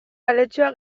aletxoa